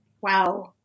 Wow